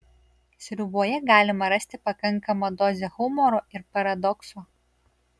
sriuboje galima rasti pakankamą dozę humoro ir paradokso